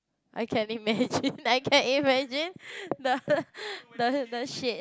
I can imagine I can imagine the the the shit